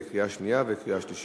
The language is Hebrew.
לקריאה שנייה ולקריאה שלישית.